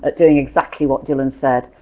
ah doing exactly what dylan said,